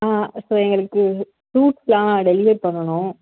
ஆ இப்போது எங்களுக்கு ஃப்ரூட்ஸெலாம் டெலிவரி பண்ணணும்